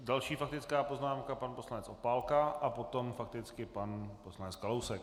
Další faktická poznámka, pan poslanec Opálka a potom fakticky pan poslanec Kalousek.